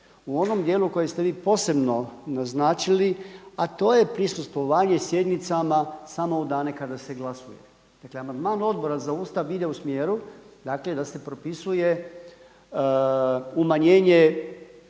u onom dijelu koje ste vi posebno naznačili, a to je prisustvovanje sjednicama samo u dane kada se glasuje. Dakle, amandman Odbora za Ustav ide u smjeru da se propisuje umanjenje